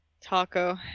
Taco